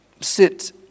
sit